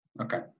Okay